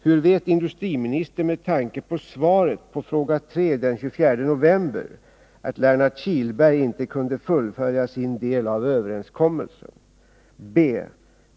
Hur vet industriministern, med tanke på svaret på fråga 3 den 24 november, att Lennart Kihlberg inte kunnat fullgöra sin del av överenskommelsen? b.